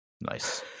Nice